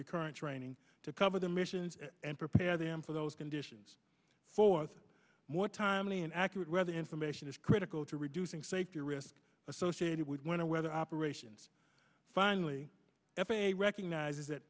recurrent training to cover the missions and prepare them for those conditions for more timely and accurate weather information is critical to reducing safety risk associated with winter weather operations finally f a a recognizes that